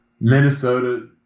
Minnesota